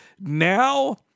now